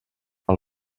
pel